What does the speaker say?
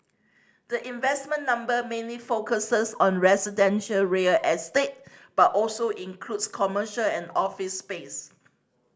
the investment number mainly focuses on residential real estate but also includes commercial and office space